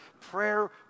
prayer